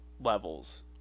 levels